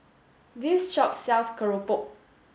this shop sells Keropok